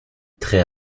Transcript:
très